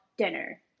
dinner